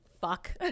fuck